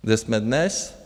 Kde jsme dnes?